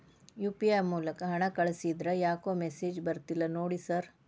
UPI ಮೂಲಕ ಹಣ ಕಳಿಸಿದ್ರ ಯಾಕೋ ಮೆಸೇಜ್ ಬರ್ತಿಲ್ಲ ನೋಡಿ ಸರ್?